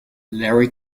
larry